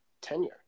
tenure